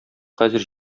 хәзер